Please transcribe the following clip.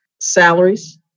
salaries